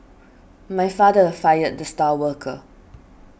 my father fired the star worker